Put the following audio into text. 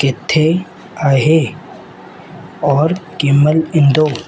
किथे आहे और कंहिंमहिल ईंदो